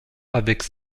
avec